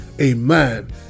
amen